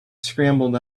scrambled